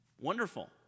Wonderful